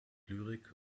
lyrik